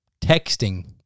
texting